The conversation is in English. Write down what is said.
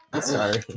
Sorry